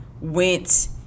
went